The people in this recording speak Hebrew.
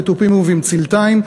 בתופים ובמצילתיים,